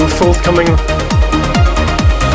forthcoming